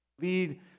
lead